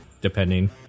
depending